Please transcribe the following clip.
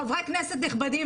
חברי כנסת נכבדים,